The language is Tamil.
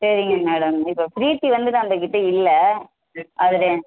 சரிங்க மேடம் இப்போ ஃப்ரீத்தி வந்துட்டு அந்தக்கிட்ட இல்லை அது ரெ